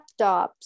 laptops